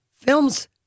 films